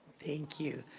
thank you.